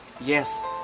Yes